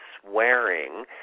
swearing